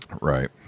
Right